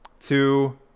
two